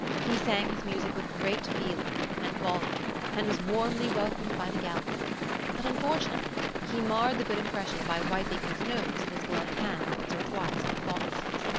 he sang his music with great feeling and volume and was warmly welcomed by the gallery but, unfortunately, he marred the good impression by wiping his nose in his gloved hand once or twice out of thoughtlessness.